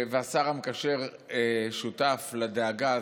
והשר המקשר שותף לדאגה הזאת,